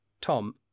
Tom